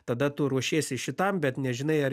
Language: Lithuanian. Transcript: tada tu ruošiesi šitam bet nežinai ar